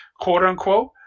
quote-unquote